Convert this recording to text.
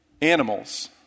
animals